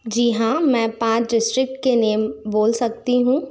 जी हाँ मैं पाँच डिस्ट्रिक्ट के नेम बोल सकती हूँ